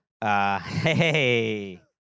Hey